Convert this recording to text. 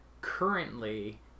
currently